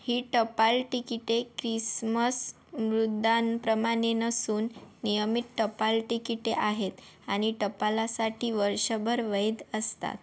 ही टपाल तिकिटे क्रिसमस मुद्रांप्रमाणे नसून नियमित टपाल तिकिटे आहेत आणि टपालासाठी वर्षभर वैध असतात